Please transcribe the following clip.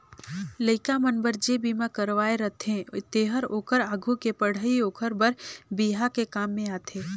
लइका मन बर जे बिमा करवाये रथें तेहर ओखर आघु के पढ़ई ओखर बर बिहा के काम में आथे